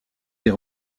des